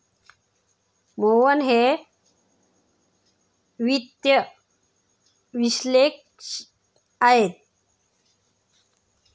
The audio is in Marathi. मोहन हे वित्त विश्लेषक आहेत